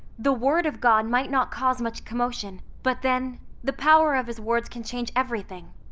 the word of god might not cause much commotion, but then the power of his words can change everything.